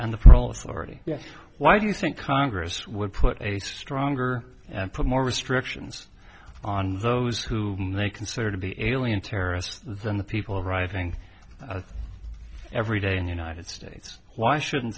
already why do you think congress would put a stronger and put more restrictions on those who they consider to be alien terrorists than the people arriving every day in united states why shouldn't